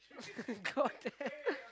god damn